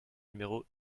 numéro